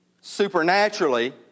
supernaturally